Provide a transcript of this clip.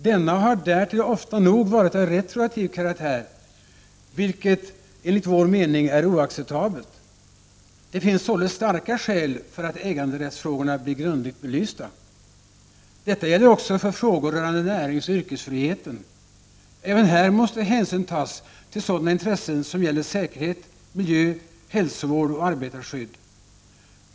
Denna har därtill ofta nog varit av retroaktiv karaktär, vilket enligt vår mening är oacceptabelt. Det finns således starka skäl för att äganderättsfrågorna blir grundligt belysta. Detta gäller också för frågor rörande näringsoch yrkesfriheten. Även här måste hänsyn tagas till sådana intressen som gäller säkerhet, miljö, hälsovård och arbetarskydd.